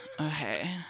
Okay